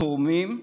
התורמים,